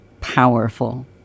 powerful